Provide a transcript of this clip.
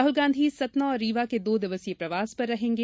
राहुल गांधी सतना और रीवा के दो दिवसीय प्रवास पर रहेंगे